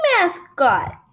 mascot